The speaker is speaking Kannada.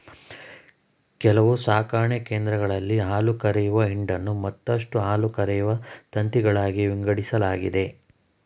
ಕೆಲವು ಸಾಕಣೆ ಕೇಂದ್ರಗಳಲ್ಲಿ ಹಾಲುಕರೆಯುವ ಹಿಂಡನ್ನು ಮತ್ತಷ್ಟು ಹಾಲುಕರೆಯುವ ತಂತಿಗಳಾಗಿ ವಿಂಗಡಿಸಲಾಗಿದೆ